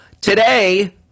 Today